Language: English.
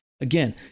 again